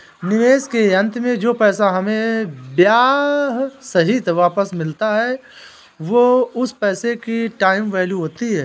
निवेश के अंत में जो पैसा हमें ब्याह सहित वापस मिलता है वो उस पैसे की टाइम वैल्यू होती है